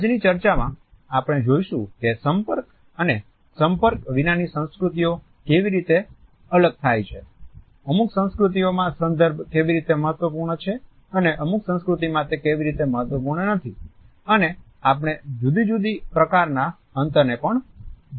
આજની ચર્ચામાં આપણે જોઇશું કે સંપર્ક અને સંપર્ક વિનાની સંસ્કૃતિઓ કેવી રીતે અલગ થાય છે અમુક સંસ્કૃતિઓમાં સંદર્ભ કેવી રીતે મહત્વપૂર્ણ છે અને અમુક સંસ્કૃતિમાં તે કેવી રીતે મહત્વપૂર્ણ નથી અને આપણે જુદી જુદી પ્રકારના અંતરને પણ જોઈશું